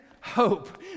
hope